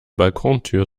balkontür